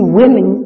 women